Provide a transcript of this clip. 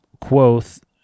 quoth